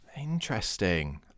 Interesting